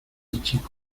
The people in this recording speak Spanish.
chico